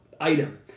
item